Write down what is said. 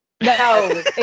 No